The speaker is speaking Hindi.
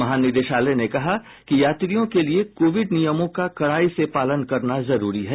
महानिदेशालय ने कहा कि यात्रियों के लिए कोविड नियमों का कडाई से पालन करना जरूरी है